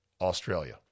Australia